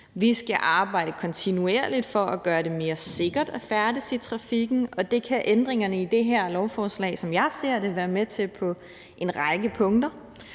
Vi skal arbejde kontinuerligt for at gøre det mere sikkert at færdes i trafikken, og det kan ændringerne i det her lovforslag, som jeg ser det, være med til på en række punkter.